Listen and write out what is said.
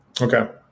Okay